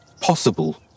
possible